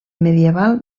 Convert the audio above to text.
medieval